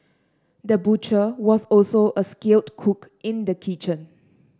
the butcher was also a skilled cook in the kitchen